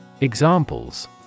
Examples